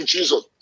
Jesus